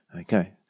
Okay